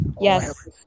yes